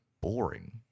boring